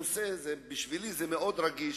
בשבילי זה מאוד רגיש,